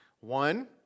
One